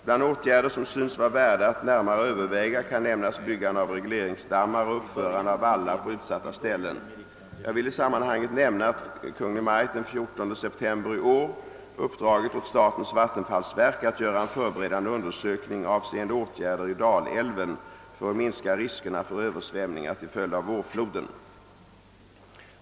Bland åtgärder som synes vara värda att närmare överväga kan nämnas byggande av regleringsdammar och uppförande av vallar på utsatta ställen, Jag vill i sammanhanget nämna att Kungl. Maj:t den 14 september i år uppdragit åt statens vattenfallsverk att göra en förberedande undersökning avseende åtgärder i Dalälven för att minska riskerna för översvämningar till följd av vårfloden.